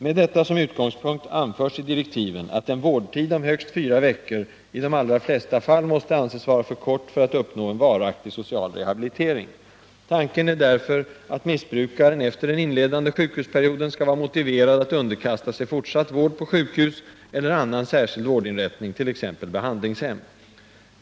Med detta som utgångspunkt anförs i direktiven, att en vårdtid om högst fyra veckor i de allra flesta fall måste antas vara för kort för att uppnå en varaktig social rehabilitering. Tanken är därför att missbrukaren efter den inledande sjukhusperioden skall vara motiverad att underkasta sig fortsatt vård på sjukhus eller annan särskild vårdinrättning, t.ex. behandlingshem.